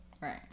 Right